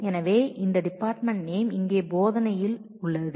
எனவே இந்த இன்ஸ்டிரக்ஷனில் உள்ள டிபார்ட்மெண்ட் நேம் இங்கே கற்பிக்கப்படுகிறது